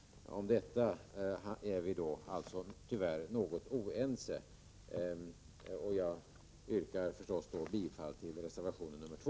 Om detta är vi alltså tyvärr något oense. Jag yrkar förstås bifall till reservation 2.